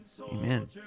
Amen